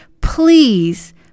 please